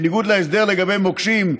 בניגוד להסדר לגבי מוקשים,